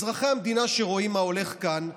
אזרחי המדינה שרואים מה הולך כאן מבינים,